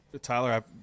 Tyler